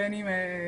בין אם אלו